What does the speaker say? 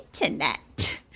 internet